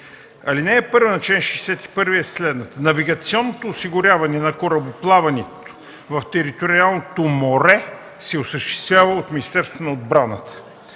Алинея 1 на чл. 61 е следната: „Навигационното осигуряване на корабоплаването в териториалното море се осъществява от Министерството на отбраната”.